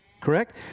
correct